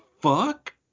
fuck